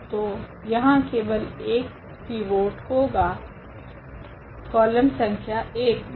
तो यहाँ केवल एक पिवोट होगा कॉलम संख्या 1 मे